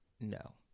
No